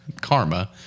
karma